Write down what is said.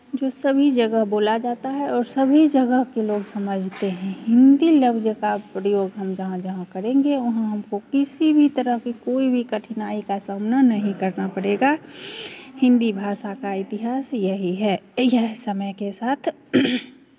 जो सभी जगह बोला जाता है और सभी जगह के लोग समझते हैं हिंदी लफ़्ज़ का प्रयोग हम जहाँ जहाँ करेंगे वहाँ हमको किसी भी तरह का कोई भी कठिनाई का सामना नहीं करना पड़ेगा हिंदी भाषा का इतिहास ही यही है यह समय के साथ